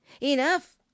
Enough